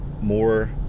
more